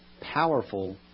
powerful